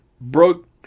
Broke